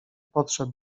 podszedł